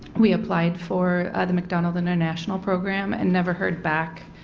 we applied for the mcdonald international program and never heard back